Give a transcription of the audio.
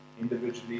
individually